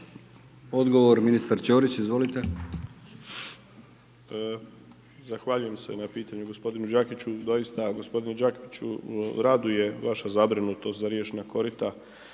Odgovor ministar Ćorić. **Ćorić, Tomislav (HDZ)** Zahvaljujem se na pitanju gospodinu Đakiću, doista gospodinu Đakiću raduje vaša zabrinutost za riječna korita